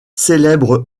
célèbre